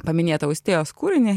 paminėta austėjos kūrinį